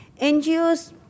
NGOs